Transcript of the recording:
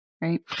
right